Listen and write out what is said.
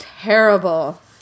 terrible